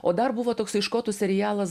o dar buvo toksai škotų serialas